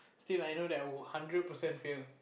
still I know that I would hundred percent fail